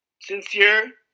sincere